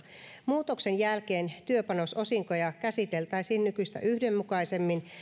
muutoksen jälkeen työpanososinkoja käsiteltäisiin nykyistä yhdenmukaisemmin